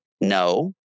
No